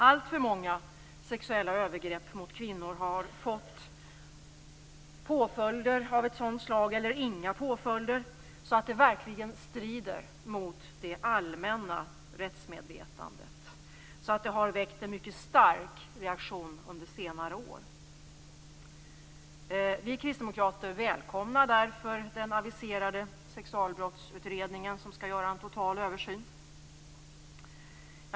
Alltför många sexuella övergrepp mot kvinnor har fått påföljder som verkligen strider mot det allmänna rättsmedvetandet - eller också har de inte fått några påföljder alls. Detta har väckt en mycket stark reaktion under senare år. Vi kristdemokrater välkomnar därför den aviserade Sexualbrottsutredningen, som skall göra en total översyn.